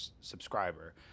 subscriber